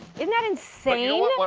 isn't that insane?